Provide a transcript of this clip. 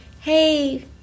Hey